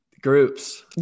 groups